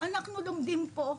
אנחנו לומדות פה,